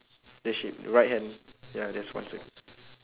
the sheep right hand ya there's one cir~